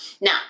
Now